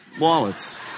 wallets